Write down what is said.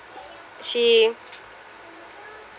she